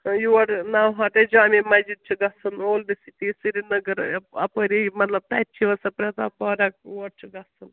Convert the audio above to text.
یور نوہٹہٕ جامع مسجِد چھِ گژھُن اولڈٕ سِٹی سرینَگر اَپٲری مطلب تَتہِ چھِ آسان پرٛتاب پارک اور چھُ گَژھُن